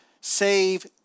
save